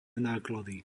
náklady